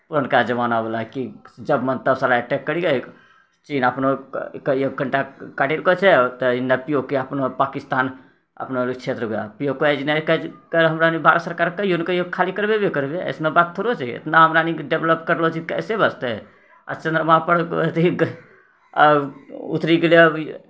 पुरनका जमानावला कि जब मन तब साला अटैक करियैक चीन अपनो कनिटा पी ओ के अपनो पकिस्तान अपनो क्षेत्रमे पी ओ के आज नहि काल्हि हमराअनी भारत सरकार कहियो ने कहियो खाली करवेबे करबै अइसन बात थोड़बे छै एतना हमराअनीके डेवलप करलो छियै कैसे बचतै आ चन्द्रमापर अथि उतरि गेलै